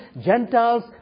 Gentiles